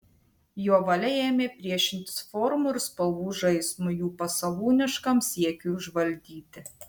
jo valia ėmė priešintis formų ir spalvų žaismui jų pasalūniškam siekiui užvaldyti